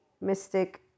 mystic